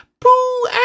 Pooh